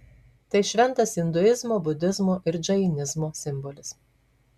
tai šventas induizmo budizmo ir džainizmo simbolis